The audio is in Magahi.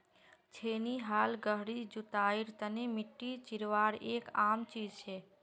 छेनी हाल गहरी जुताईर तने मिट्टी चीरवार एक आम चीज छे